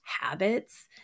habits